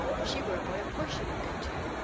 if she were a boy of course she would go, too!